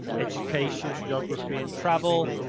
education, geography and travel,